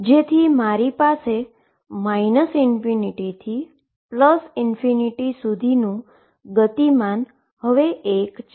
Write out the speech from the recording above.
જેથી મારી પાસે ∞ થી સુધીનુ મોમેન્ટમ એક છે